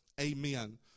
Amen